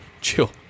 chill